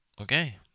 okay